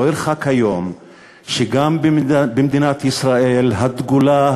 לא ירחק היום שגם במדינת ישראל הדגולה,